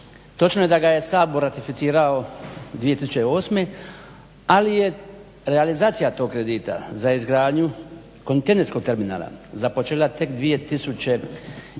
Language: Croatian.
Točno je da ga je Sabor ratificirao 2008. Ali je realizacija tog kredita za izgradnju kontejnerskog terminala započela tek